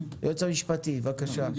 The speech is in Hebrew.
היועץ המשפטי, בבקשה.